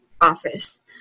Office